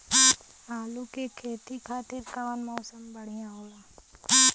आलू के खेती खातिर कउन मौसम बढ़ियां होला?